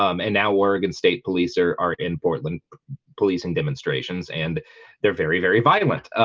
um and now oregon state police are are in portland policing demonstrations, and they're very very violent